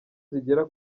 zigera